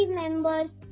members